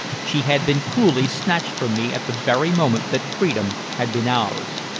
she had been cruelly snatched from me at the very moment that freedom had been ours.